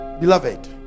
Beloved